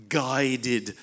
guided